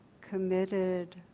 committed